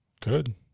Good